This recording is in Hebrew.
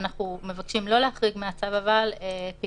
אנחנו מבקשים לא להחריג מהצו פעילות